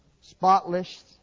spotless